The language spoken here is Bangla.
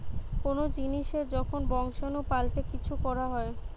কোন জিনিসের যখন বংশাণু পাল্টে কিছু করা হয়